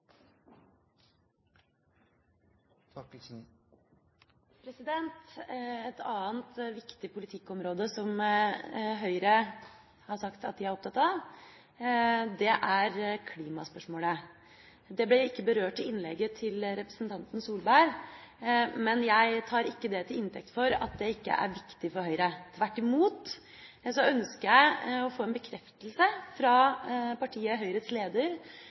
opptatt av, er klimaspørsmålet. Det ble ikke berørt i innlegget til representanten Solberg, men jeg tar ikke det til inntekt for at det ikke er viktig for Høyre, tvert imot. Jeg ønsker å få en bekreftelse fra partiet Høyres leder